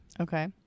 Okay